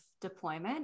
deployment